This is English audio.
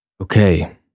Okay